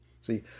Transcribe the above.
See